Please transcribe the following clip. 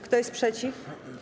Kto jest przeciw?